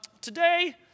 today